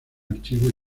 archivos